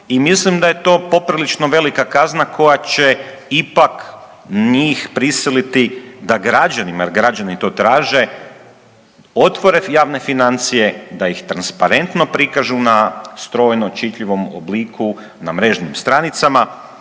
i mislim da je to poprilično velika kazna koja će ipak njih prisiliti da građanima jer građani to traže otvore javne financije, da ih transparentno prikažu na strojno čitljivom obliku na mrežnim stranicama,